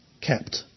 kept